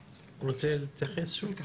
רם, תרצה להתייחס שוב?